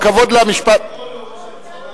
כבוד למשפט,